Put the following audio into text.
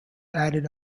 added